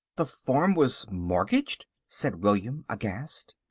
the farm was mortgaged! said william, aghast.